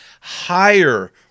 higher